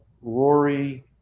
rory